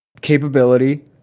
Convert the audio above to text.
capability